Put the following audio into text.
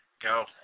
Go